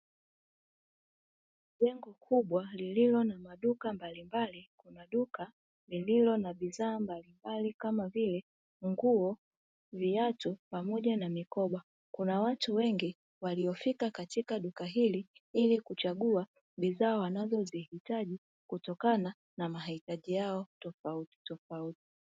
Jengo kubwa lililo na maduka mbalimbali, na duka lililo na bidhaa mbalimbali kama vile nguo, viatu pamoja na mikoba. Kuna watu wengi waliofika katika duka hili, ili kuchagua bidhaa wanazozihitaji kutokana na mahitaji yao tofautitofauti.